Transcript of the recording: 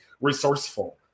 resourceful